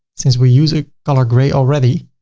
since we use a color gray already,